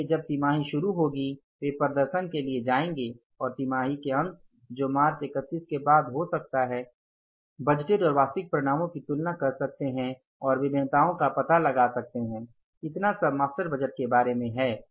इसलिए जब तिमाही शुरू होगी वे प्रदर्शन के लिए जाएंगे और तिमाही के अंत जो मार्च ३१ के बाद हो सकता वे बजटेड और वास्तविक परिणामों की तुलना कर सकते हैं और विभिन्नताओं का पता लगा सकते हैं इतना सब मास्टर बजट के बारे में है